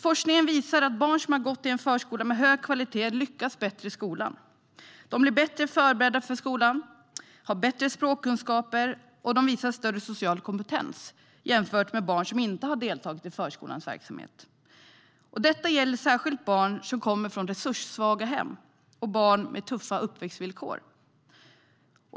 Forskning visar nämligen att barn som har gått i en förskola med hög kvalitet lyckas bättre i skolan. De blir bättre förberedda för skolan, har bättre språkkunskaper och visar större social kompetens jämfört med barn som inte har deltagit i förskolans verksamhet. Detta gäller särskilt barn som kommer från resurssvaga hem och barn med tuffa uppväxtvillkor.